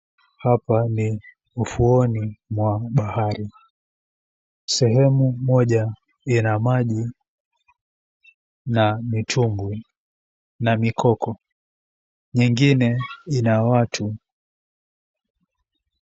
Hapa ni ufuoni mwa bahari. Sehemu moja ina maji na mitumbwi na mikoko. Nyingine ina watu.